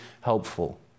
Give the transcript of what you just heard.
helpful